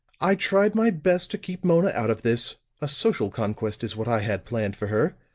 i tried my best to keep mona out of this a social conquest is what i had planned for her.